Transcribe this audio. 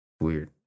Weird